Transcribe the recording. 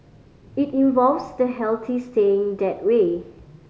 it involves the healthy staying that way